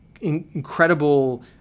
incredible